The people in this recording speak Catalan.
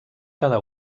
cada